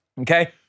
Okay